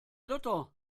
dotter